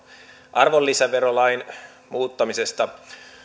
arvonlisäverolain muuttamisesta